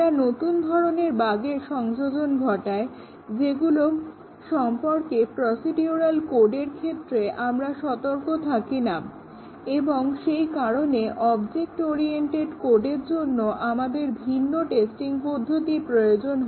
এরা নতুন ধরনের বাগের সংযোজন ঘটায় যেগুলো সম্পর্কে প্রসিডিউরাল কোডের ক্ষেত্রে আমরা সতর্ক থাকি না এবং সেই কারণে অবজেক্ট ওরিয়েন্টেড কোডের জন্য আমাদের ভিন্ন টেস্টিং পদ্ধতির প্রয়োজন